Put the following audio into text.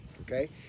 Okay